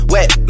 Wet